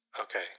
Okay